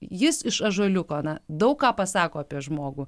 jis iš ąžuoliuko na daug ką pasako apie žmogų